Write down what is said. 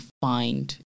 find